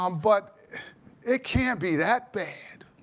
um but it can't be that bad.